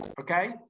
Okay